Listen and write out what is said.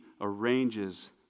arranges